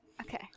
Okay